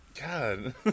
God